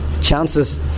chances